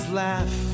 laugh